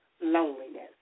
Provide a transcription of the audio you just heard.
loneliness